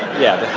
yeah.